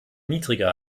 niedriger